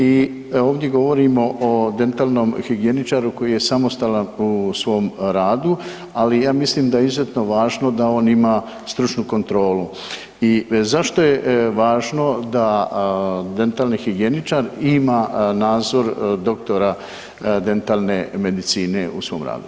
I ovdje govorimo o dentalnom higijeničaru koji je samostalan u svom radu, ali ja mislim da je izuzetno važno da on ima stručnu kontrolu i zašto je važno da dentalni higijeničar ima nadzor doktora dentalne medicine u svom radu?